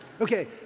Okay